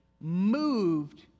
moved